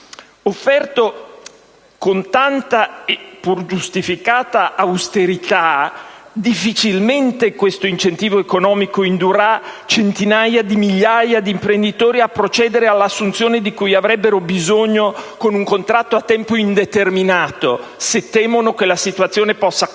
Offerto con tanta (e pur giustificata) austerità, difficilmente questo incentivo economico indurrà centinaia di migliaia di imprenditori a procedere alle assunzioni di cui avrebbero bisogno con un contratto a tempo indeterminato, se temono che la situazione possa cambiare